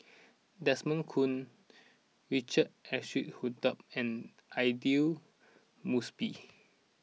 Desmond Kon Richard Eric Holttum and Aidli Mosbit